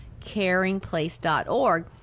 caringplace.org